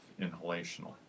inhalational